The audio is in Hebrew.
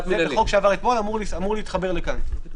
זה חוק שעבר אתמול והוא אמור להתחבר לחוק הזה.